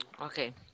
Okay